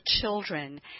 children